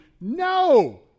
no